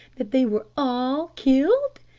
that they were all killed?